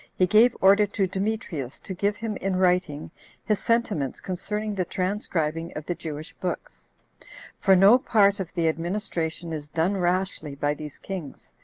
he gave order to demetrius to give him in writing his sentiments concerning the transcribing of the jewish books for no part of the administration is done rashly by these kings,